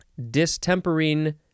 distempering